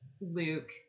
Luke